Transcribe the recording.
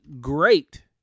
great